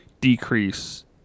decrease